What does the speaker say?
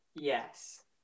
Yes